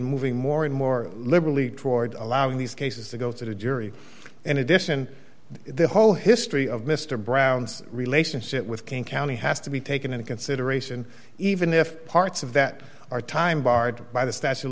moving more and more liberally toward allowing these cases to go to the jury in addition the whole history of mr brown's relationship with king county has to be taken into consideration even if parts of that are time barred by the statue